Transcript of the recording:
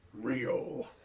real